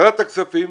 ועדת הכספים,